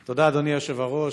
תודה, אדוני היושב-ראש.